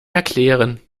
erklären